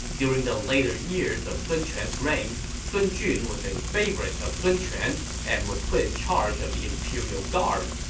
during the later years of sun quan's reign, sun jun was a favorite of sun quan's and was put in charge of the imperial guard.